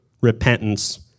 repentance